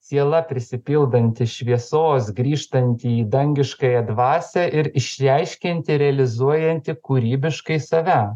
siela prisipildanti šviesos grįžtanti į dangiškąją dvasią ir išreiškianti realizuojanti kūrybiškai save